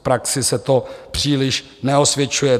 V praxi se to příliš neosvědčuje.